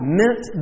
meant